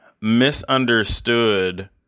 misunderstood